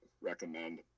recommend